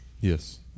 Yes